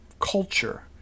culture